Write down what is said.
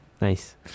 Nice